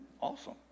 awesome